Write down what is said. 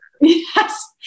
Yes